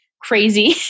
crazy